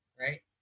right